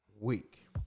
week